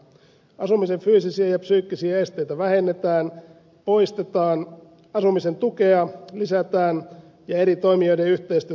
asumisen fyysisiä ja psyykkisiä esteitä vähennetään poistetaan asumisen tukea lisätään ja eri toimijoiden yhteistyötä parannetaan